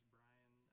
Brian